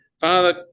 Father